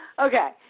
Okay